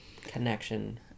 connection